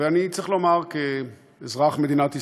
ואני צריך לומר, כאזרח מדינת ישראל,